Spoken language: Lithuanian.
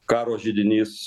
karo židinys